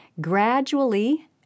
gradually